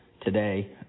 today